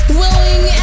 willing